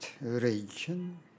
region